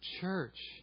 church